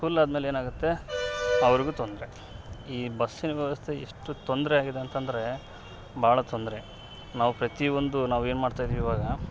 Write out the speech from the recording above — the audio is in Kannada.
ಫುಲ್ ಆದ್ಮೇಲೆ ಏನಾಗುತ್ತೆ ಅವ್ರಿಗೆ ತೊಂದರೆ ಈ ಬಸ್ಸಿನ ವ್ಯವಸ್ಥೆ ಎಷ್ಟು ತೊಂದರೆ ಆಗಿದೆ ಅಂತಂದ್ರೆ ಭಾಳ ತೊಂದರೆ ನಾವು ಪ್ರತಿಯೊಂದು ನಾವೇನು ಮಾಡ್ತಾಯಿದೀವಿ ಇವಾಗ